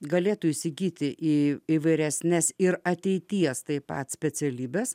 galėtų įsigyti į įvairesnes ir ateities taip pat specialybes